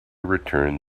returned